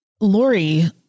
Lori